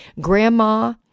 grandma